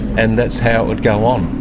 and that's how it would go on.